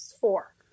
four